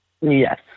Yes